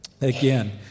again